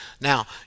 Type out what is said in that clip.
Now